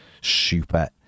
Super